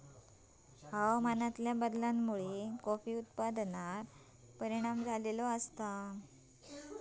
हवामानातल्या बदलामुळे कॉफी उत्पादनार परिणाम झालो आसा